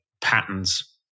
patterns